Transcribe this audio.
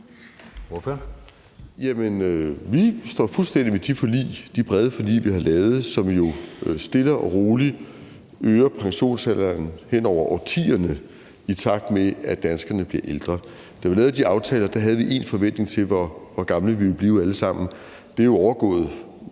Lidegaard (RV): Vi står fuldstændig ved de brede forlig, vi har lavet, som jo stille og roligt øger pensionsalderen hen over årtierne, i takt med at danskerne bliver ældre. Da vi lavede de aftaler, havde vi én forventning til, hvor gamle vi ville blive alle sammen, og den er jo overgået